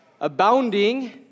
Abounding